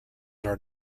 are